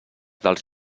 dels